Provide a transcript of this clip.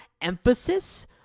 emphasis